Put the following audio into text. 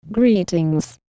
Greetings